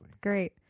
great